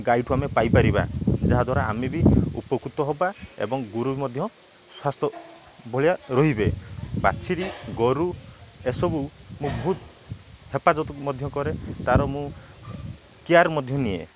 ଗାଈ ଠୁ ଆମେ ପାଇପାରିବା ଯାହାଦ୍ୱାରା ଆମେ ବି ଉପକୃତ ହେବା ଏବଂ ଗୋରୁ ବି ମଧ୍ୟ ସ୍ୱାସ୍ଥ୍ୟ ଭଳିଆ ରହିବେ ବାଛୁରୀ ଗୋରୁ ଏସବୁ ମୁଁ ବହୁତ ହେପାଜତ ମଧ୍ୟ କରେ ତା'ର ମୁଁ କେୟାର୍ ମଧ୍ୟ ନିଏ